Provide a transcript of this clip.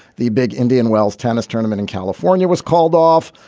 the big indian wells tennis tournament in california was called off.